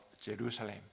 Jerusalem